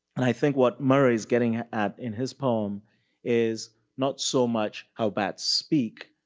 and i think what murray's getting at in his poem is not so much how bats speak,